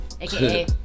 Aka